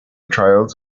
trials